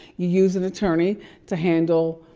you use an attorney to handle,